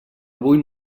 avui